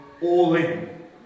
all-in